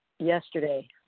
Yesterday